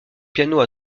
piano